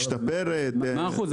מאה אחוז,